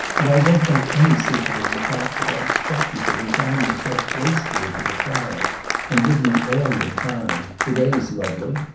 and i won't make any secret of the fact that i expect you to resign yourself gracefully to the trial and give me all your time. the day's lovely,